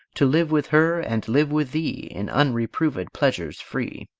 to live with her, and live with thee, in unreproved pleasures free